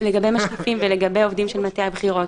לגבי משקיפים ועובדים של מטה הבחירות,